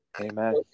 Amen